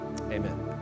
Amen